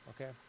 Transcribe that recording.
okay